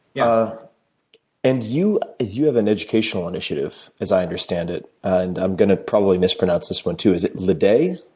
yeah and you you have an educational initiative, as i understand it? and i'm gonna probably miss pronounce this one too, is it ali day?